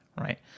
right